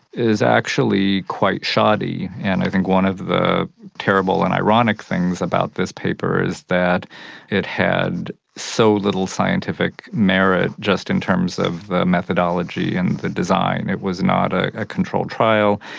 is actually quite shoddy. and i think one of the terrible and ironic things about this paper is that it had so little scientific merit just in terms of the methodology and the design. it was not a ah controlled trial,